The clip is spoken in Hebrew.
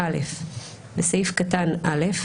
(א)בסעיף 5אקטן (א),